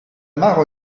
mare